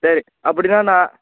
சரி அப்படின்ன நான்